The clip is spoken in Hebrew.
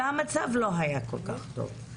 והמצב לא היה כל כך טוב.